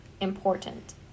important